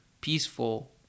peaceful